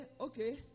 okay